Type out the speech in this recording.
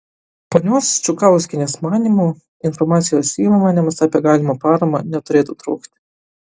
ponios čukauskienės manymu informacijos įmonėms apie galimą paramą neturėtų trūkti